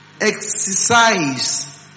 exercise